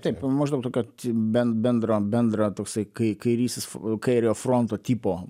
taip maždaug tokia ben bendro bendra toksai kai kairysis kairio fronto tipo